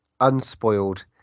unspoiled